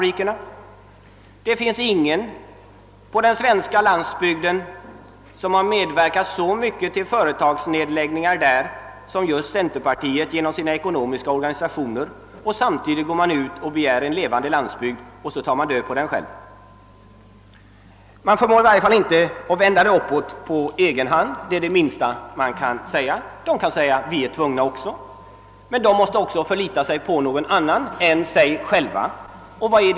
Ingen har på den svenska landsbygden i så hög grad medverkat till företagsnedläggningar som just centerpartiet genom dess ekonomiska organisationer. Man begär en l1evande landsbygd samtidigt som man själv tar död på den. I varje fall förmår man inte att klara uppgifterna på egen hand, det är det minsta man kan säga. De kan också svara att de är tvungna att handla som de gör, men även de måste förlita sig på någon annan än sig själva och vem då?